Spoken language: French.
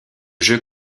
jeu